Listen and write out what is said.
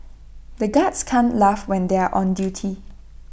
the guards can't laugh when they are on duty